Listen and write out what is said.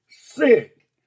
sick